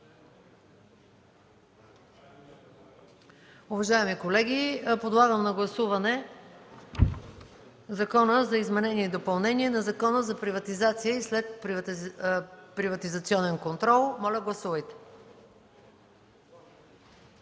Уважаеми колеги, подлагам на гласуване Закона за изменение и допълнение на Закона за приватизация и следприватизационен контрол. Гласували